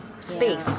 space